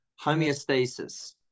homeostasis